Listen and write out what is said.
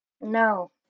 No